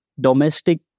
domestic